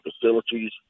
facilities